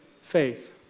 faith